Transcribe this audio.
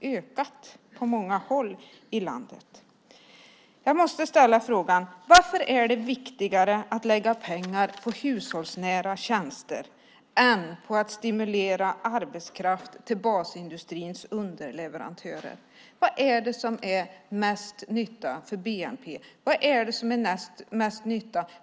ökat på många håll i landet. Jag måste ställa frågan: Varför är det viktigare att lägga pengar på hushållsnära tjänster än att stimulera arbetskraft till basindustrins underleverantörer? Vad är det som ger mest nytta för bnp,